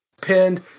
pinned